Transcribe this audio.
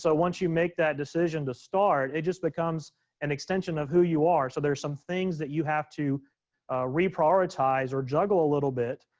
so once you make that decision to start, it just becomes an extension of who you are. so there's some things that you have to reprioritize or juggle a little bit,